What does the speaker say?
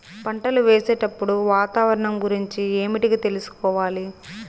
పంటలు వేసేటప్పుడు వాతావరణం గురించి ఏమిటికి తెలుసుకోవాలి?